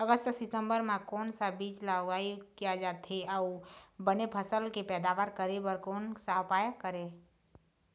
अगस्त सितंबर म कोन सा बीज ला उगाई किया जाथे, अऊ बने फसल के पैदावर करें बर कोन सा उपाय करें?